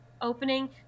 opening